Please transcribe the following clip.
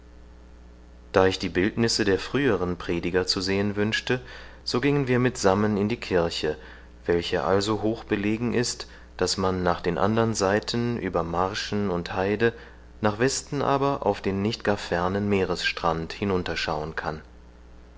da ich die bildnisse der früheren prediger zu sehen wünschte so gingen wir mitsammen in die kirche welche also hoch belegen ist daß man nach den anderen seiten über marschen und heide nach westen aber auf den nicht gar fernen meeresstrand hinunterschauen kann